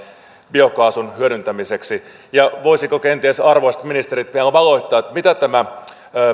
biokaasun hyödyntämiseksi voisivatko kenties arvoisat ministerit vielä valottaa mitä tämä